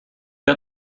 got